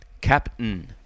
Captain